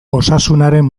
osasunaren